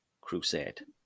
Crusade